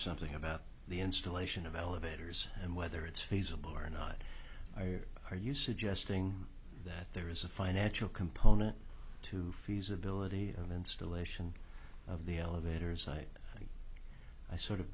something about the installation of elevators and whether it's feasible or not or are you suggesting that there is a financial component to feasibility of installation of the elevators site i sort of